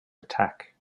attack